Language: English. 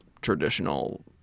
traditional